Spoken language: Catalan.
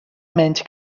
menys